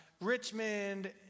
Richmond